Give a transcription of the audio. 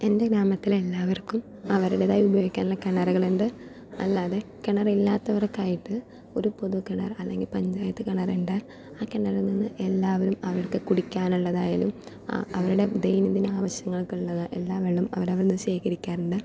എൻ്റെ ഗ്രാമത്തിലെ എല്ലാവർക്കും അവരുടേതായ ഉപയോഗിക്കാനുള്ള കിണറുകൾ ഉണ്ട് അല്ലാതെ കിണറില്ലാത്തവർക്ക് ആയിട്ട് ഒരു പൊതു കിണർ അല്ലെങ്കിൽ പഞ്ചായത്ത് കിണറുണ്ട് ആ കിണറിൽ നിന്ന് എല്ലാവരും അവർക്ക് കുടിക്കാനുള്ളതായാലും അവരുടെ ദൈനംദിന ആവശ്യങ്ങൾക്കുള്ള എല്ലാ വെള്ളവും അവരവിടുന്ന് ശേഖരിക്കാറുണ്ട്